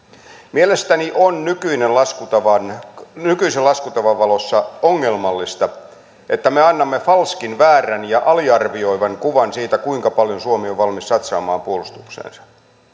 mielestäni on nykyisen laskutavan nykyisen laskutavan valossa ongelmallista että me annamme falskin väärän ja aliarvioivan kuvan siitä kuinka paljon suomi on valmis satsaamaan puolustukseensa